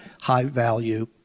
high-value